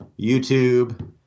YouTube